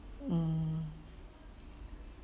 mm